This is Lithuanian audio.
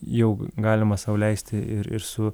jau galima sau leisti ir ir su